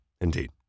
Indeed